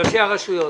שאלה.